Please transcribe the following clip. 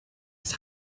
its